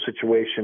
situation